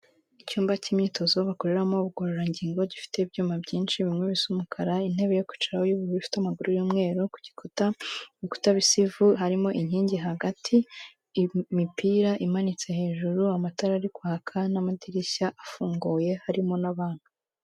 Icyumba cy'imyitozo bakoreramo ubugororangingo, gifite ibyuma byinshi bimwe bise umukara, intebe yo kwicaraho y'ubururu ifite amaguru y'umweru, ku gikuta, ibikuta bisa ivu, harimo inkingi hagati, imipira imanitse hejuru, amatara ari kwaka n'amadirishya afunguye, harimo n'abantu.